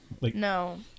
No